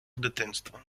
дитинства